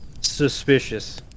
suspicious